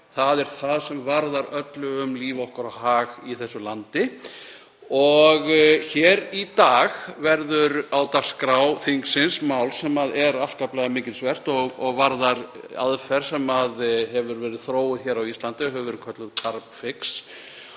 Það er það sem varðar öllu um líf okkar og hag í þessu landi. Hér í dag verður á dagskrá þingsins mál sem er afskaplega mikilsvert og varðar aðferð sem þróuð hefur verið á Íslandi, hefur verið kölluð Carbfix